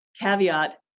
Caveat